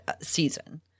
season